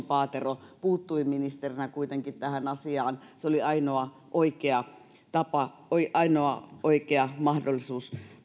paatero puuttui silloin ministerinä tähän asiaan se oli ainoa oikea tapa ainoa oikea mahdollisuus